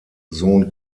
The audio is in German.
sohn